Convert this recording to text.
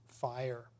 Fire